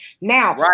Now